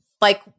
like-